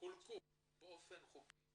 באופן חוקי